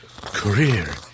career